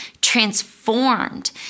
transformed